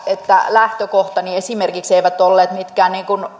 lähtökohtani esimerkiksi eivät olleet mitkään